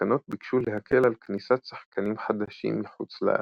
התקנות ביקשו להקל על כניסת שחקנים חדשים מחוץ לארץ,